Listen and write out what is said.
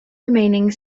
remaining